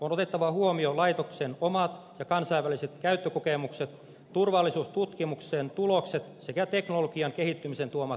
on otettava huomioon laitoksen omat ja kansainväliset käyttökokemukset turvallisuustutkimuksen tulokset sekä teknologian kehittymisen tuomat mahdollisuudet